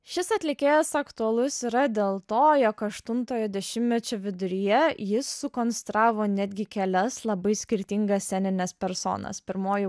šis atlikėjas aktualus yra dėl to jog aštuntojo dešimtmečio viduryje jis sukonstravo netgi kelias labai skirtingas scenines personas pirmoji